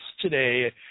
today